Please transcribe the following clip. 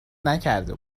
نکرده